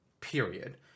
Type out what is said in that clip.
Period